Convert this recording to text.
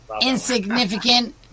insignificant